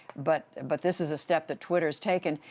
but but this is a step that twitter has taken.